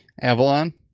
Avalon